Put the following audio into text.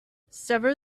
sever